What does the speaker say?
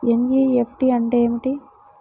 NEFT అంటే ఏమిటీ?